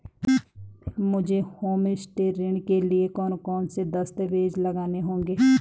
मुझे होमस्टे ऋण के लिए कौन कौनसे दस्तावेज़ लगाने होंगे?